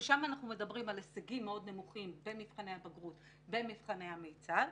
בו אנחנו מדברים על הישגים מאוד נמוכים במבחני הבגרות ובמבחני המיצ"ב.